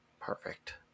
Perfect